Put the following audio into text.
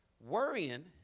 worrying